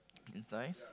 it's nice